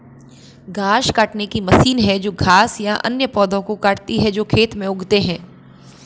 घास काटने की मशीन है जो घास या अन्य पौधों को काटती है जो खेत में उगते हैं